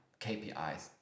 KPIs